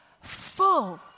full